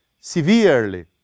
severely